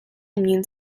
immune